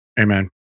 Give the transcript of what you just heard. Amen